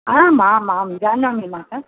आम् आम् आं जानामि मातः